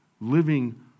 living